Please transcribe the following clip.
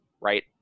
right